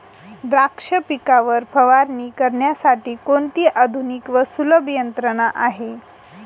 द्राक्ष पिकावर फवारणी करण्यासाठी कोणती आधुनिक व सुलभ यंत्रणा आहे?